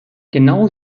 genau